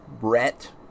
Brett